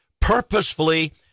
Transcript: purposefully